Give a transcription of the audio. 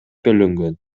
бөлүнгөн